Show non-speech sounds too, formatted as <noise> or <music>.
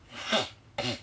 <noise>